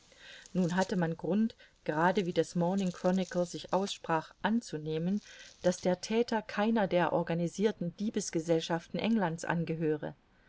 nun hatte man grund gerade wie das morning chronicle sich aussprach anzunehmen daß der thäter keiner der organisirten diebesgesellschaften englands angehöre